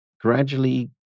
gradually